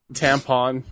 tampon